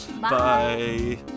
Bye